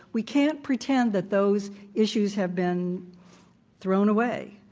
we can't pretend that those issues have been thrown away.